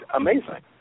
amazing